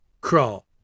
crawl